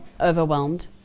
overwhelmed